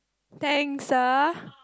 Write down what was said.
thanks ah